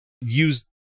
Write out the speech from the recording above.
use